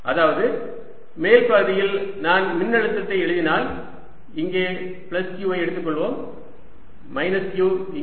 அதாவது மேல் பகுதியில் நான் மின்னழுத்தத்தை எழுதினால் இங்கே பிளஸ் q ஐ எடுத்துக்கொள்வோம் மைனஸ் q இங்கே